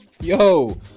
Yo